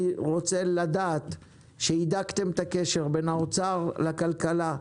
אני רוצה לדעת שהידקתם את הקשר בין האוצר לכלכלה,